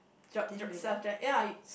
dr~ dr~ self drive ya